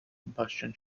combustion